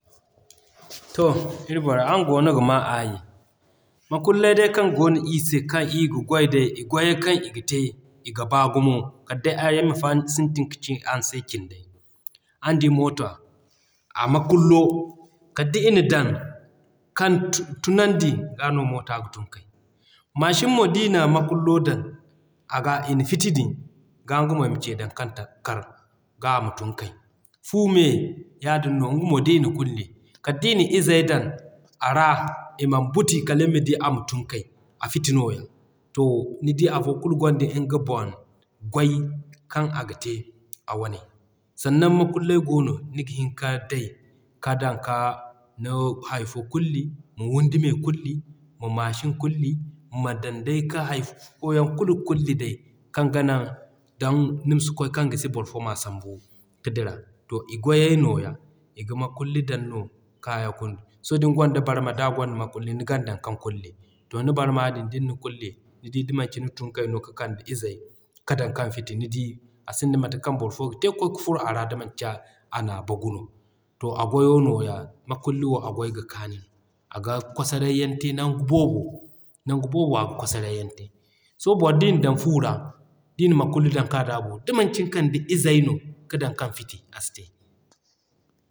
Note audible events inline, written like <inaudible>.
To ir borey araŋ goono ga maa aayi. Makullay day kaŋ goono ii se kaŋ ii ga goy day i goyey kaŋ i ga te, i ga baa gumo kal ayma <unintelligible> sintin kaci araŋ se cindey. Araŋ di Moota a Makullo, kal day ina dan kaŋ tunandi g'a no Moota ga tun kay. Machine mo d'i na Makullo dan aga ina fiti din g'a nga mo ima Ce dan kaŋ kar ga ama tun kay. Fu me yaadin no nga mo d'i na kulli, kal d'i na izey dan a ra iman buti kala nima di ama tun kay, a fiti nooya. To nidi afo kulu gonda nga boŋ gway kaŋ aga te a wane. Sannan Makullay goono niga hin ka day ka dan k'a ni hay fo kulli, ma windi me kulli, ma machine kulli, ma dan day ka hay fo yaŋ kulu kulli kaŋ ga naŋ dan nima si kwaay kaŋ gisi boro fo m'a sambu ka dira. To i gwayey nooya, iga Makulli danno. <unintelligible> So din gonda Barma d'a gonda Makulli nigan dan kan kulli. To ni Barma din na kulli, nidi da manci ni tun kay no ka kande izey ka dan kaŋ fiti, a sinda mate kaŋ boro fo ga te ka furo a ra da manci ana bagu no. To a goyo nooya Makulli wo a goyo ga kaanu no aga kwasarey yaŋ te nagu boobo, nangu boobo aga kwasarey yaŋ te. Sohõ boro d'i na dan fuura d'i na Makulli do ka daabu, da manci ni kanda izey no ka dan kaŋ fiti, a si te.